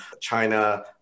China